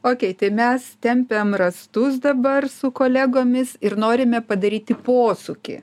okei tai mes tempiam rąstus dabar su kolegomis ir norime padaryti posūkį